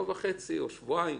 וחצי או שבועיים